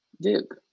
Duke